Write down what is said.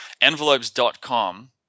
envelopes.com